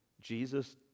Jesus